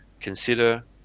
consider